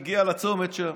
הוא הגיע לצומת שם.